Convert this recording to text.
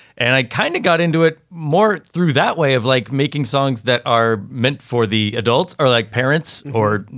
and i kind of got into it more through that way of like making songs that are meant for the adults are like parents or,